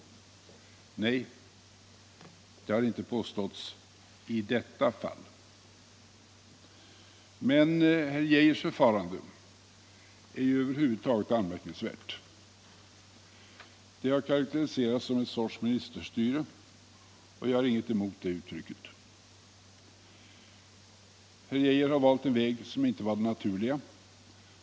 Nej, det har inte påståtts i derra fall. Men herr Geijers förfarande är över huvud taget anmärkningsvärt. Det har karakteriserats som en sorts ministerstyre, och jag har ingenting emot det uttrycket. Herr Geijer har valt en väg som inte var den naturliga.